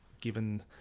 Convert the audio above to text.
given